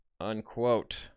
unquote